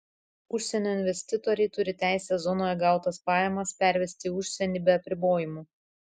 užsienio investitoriai turi teisę zonoje gautas pajamas pervesti į užsienį be apribojimų